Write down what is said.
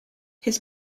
his